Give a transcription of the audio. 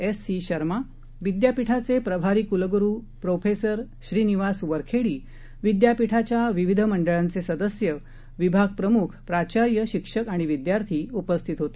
एससीशर्मा विद्यापीठाचेप्रभारीकुलगुरूप्रोफेसरश्रीनिवासवरखेडीविद्यापीठाच्याविविधमंडळांचेसद स्य विभागप्रमुख प्राचार्य शिक्षकआणिविद्यार्थीउपस्थितहोते